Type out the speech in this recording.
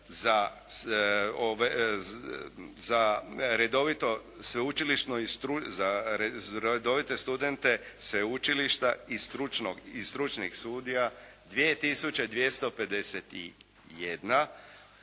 za redovite studente sveučilišta i stručnih studija 2